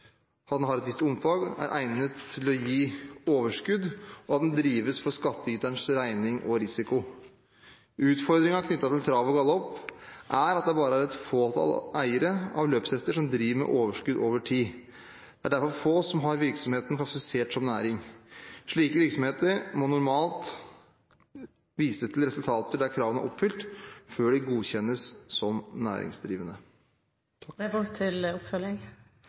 har et visst omfang er egnet til å gi overskudd drives for skattyterens regning og risiko. Utfordringen knyttet til trav og galopp, er at det bare er et fåtall av eierne av løshester som driver med overskudd over tid. Det er derfor få som har virksomheten klassifisert som næring. Slike virksomheter må normalt vise til resultater der kravene er oppfylt før de godkjennes som næringsdrivende.